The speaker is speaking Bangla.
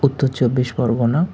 উত্তর চব্বিশ পরগনা